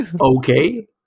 Okay